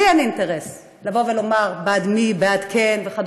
לי אין אינטרס לבוא ולומר בעד מי וכדומה,